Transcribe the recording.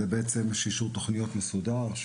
שזה בעצם אישור תוכניות מסודר,